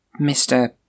Mr